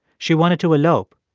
she wanted to elope,